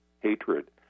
hatred